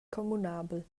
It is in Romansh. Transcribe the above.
communabel